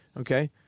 Okay